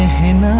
hain.